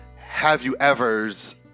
have-you-evers